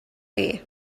chi